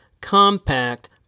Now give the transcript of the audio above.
compact